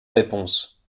réponse